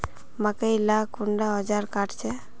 मकई के ला कुंडा ओजार काट छै?